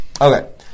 Okay